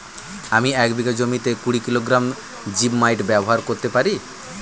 আমি এক বিঘা জমিতে কুড়ি কিলোগ্রাম জিপমাইট ব্যবহার করতে পারি?